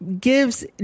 gives